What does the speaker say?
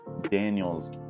daniel's